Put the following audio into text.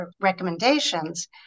recommendations